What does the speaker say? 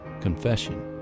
confession